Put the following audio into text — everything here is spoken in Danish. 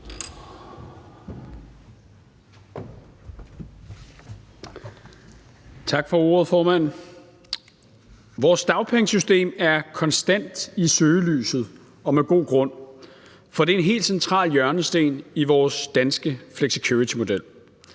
Tak for ordet, formand. Vores dagpengesystem er konstant i søgelyset og med god grund, for det er en helt central hjørnesten i vores danske flexicuritymodel.